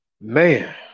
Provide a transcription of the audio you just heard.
Man